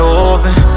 open